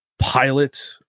pilot